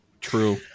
True